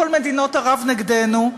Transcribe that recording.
כל מדינות ערב נגדנו.